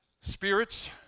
Spirits